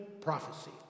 prophecy